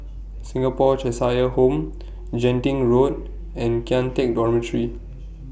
Singapore Cheshire Home Genting Road and Kian Teck Dormitory